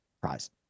prize